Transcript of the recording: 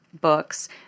books